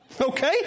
Okay